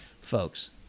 Folks